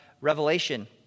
Revelation